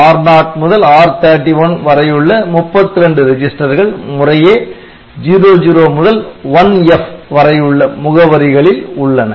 R0 முதல் R31 வரையுள்ள 32 ரிஜிஸ்டர் கள் முறையே 00 முதல் 1F வரையுள்ள முகவரிகளில் உள்ளன